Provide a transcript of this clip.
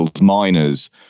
miners